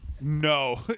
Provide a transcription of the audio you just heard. No